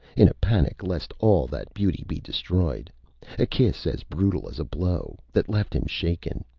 in a panic lest all that beauty be destroyed a kiss as brutal as a blow, that left him shaken.